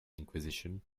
inquisition